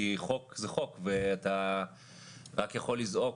כי חוק הוא חוק ואתה רק יכול לזעוק.